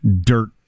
dirt